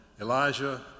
Elijah